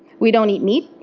we don't eat meat,